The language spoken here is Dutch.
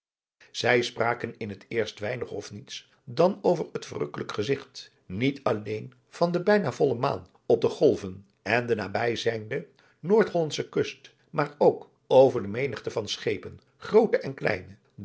zij spraken in het eerst weinig of niets dan over het verrukkelijk gezigt niet alleen van de bijna volle maan op de golven en de nabijzijnde noordhollandsche kust maar ook over de menigte van schepen groote en kleine